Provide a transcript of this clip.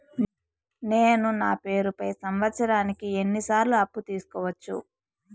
నేను నా పేరుపై సంవత్సరానికి ఎన్ని సార్లు అప్పు తీసుకోవచ్చు?